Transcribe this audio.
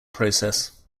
process